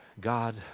God